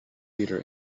leader